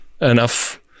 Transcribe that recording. enough